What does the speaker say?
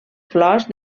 flors